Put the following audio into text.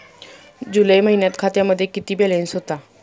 जुलै महिन्यात खात्यामध्ये किती बॅलन्स होता?